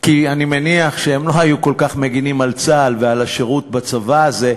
כי אני מניח שהם לא היו כל כך מגינים על צה"ל ועל השירות בצבא הזה.